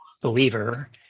believer